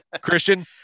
christian